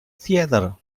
theater